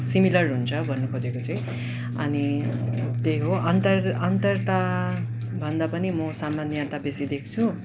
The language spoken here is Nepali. सिमिलर हुन्छ भन्नु खोजेको चाहिँ अनि त्यही हो अन्तर अन्तरता भन्दा पनि म सामन्यता बेसी देख्छु